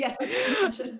Yes